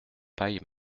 paille